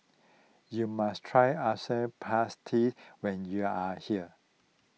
you must try Asam Pedas when you are here